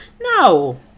No